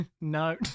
No